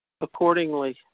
accordingly